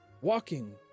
walking